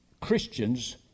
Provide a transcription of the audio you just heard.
Christians